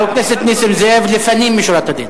חבר הכנסת נסים זאב, לפנים משורת הדין.